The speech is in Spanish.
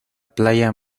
playa